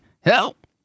help